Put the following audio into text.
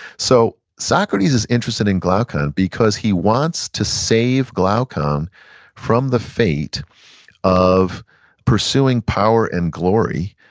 so socrates is interested in glaucon because he wants to save glaucon from the fate of pursuing power and glory,